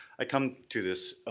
i come to this